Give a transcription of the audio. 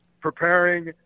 preparing